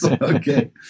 okay